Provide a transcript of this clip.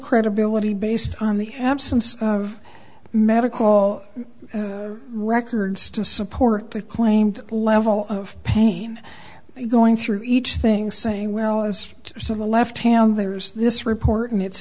credibility based on the absence of medical records to support the claimed level of pain going through each thing saying well as so the left hand there is this report and it's